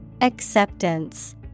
Acceptance